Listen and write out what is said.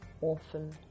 orphan